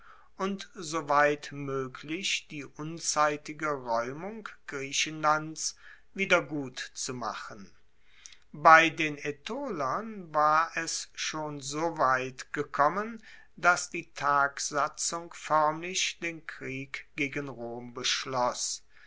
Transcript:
und soweit moeglich die unzeitige raeumung griechenlands wiedergutzumachen bei den aetolern war es schon so weit gekommen dass die tagsatzung foermlich den krieg gegen rom beschloss